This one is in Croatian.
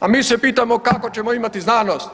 a mi se pitamo kako ćemo imati znanost.